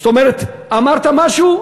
זאת אומרת, אמרת משהו?